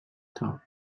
thoughts